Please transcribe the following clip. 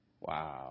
Wow